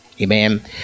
Amen